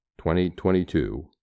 2022